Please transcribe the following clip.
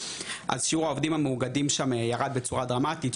אז שיעור העובדים המאוגדים שם ירד בצורה דרמטית,